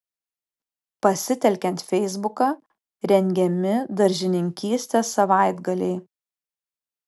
pasitelkiant feisbuką rengiami daržininkystės savaitgaliai